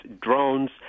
drones